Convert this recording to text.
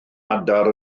adar